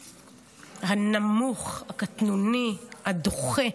הנמוך, הקטנוני, הדוחה.